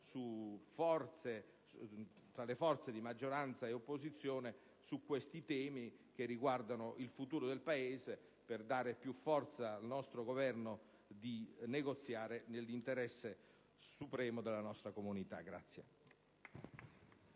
tra le forze di maggioranza e di opposizione su questi temi che riguardano il futuro del Paese, per dare al nostro Governo più forza di negoziare nell'interesse supremo della nostra comunità.